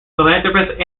philanthropist